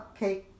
cupcake